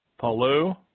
Palu